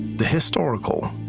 the historical,